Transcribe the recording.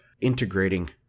integrating